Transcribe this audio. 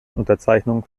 unterzeichnung